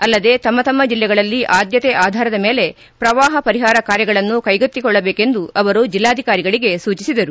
ಅಲ್ಲದೆ ತಮ್ಮ ತಮ್ಮ ಜಲ್ಲೆಗಳಲ್ಲಿ ಅದ್ಭತೆ ಆಧಾರದ ಮೇಲೆ ಪ್ರವಾಪ ಪರಿಹಾರ ಕಾರ್ಯಗಳನ್ನು ಕೈಗೆತ್ತಿಕೊಳ್ಳಬೇಕೆಂದು ಅವರು ಜಿಲ್ಲಾಧಿಕಾರಿಗಳಿಗೆ ಸೂಚಿಸಿದರು